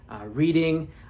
reading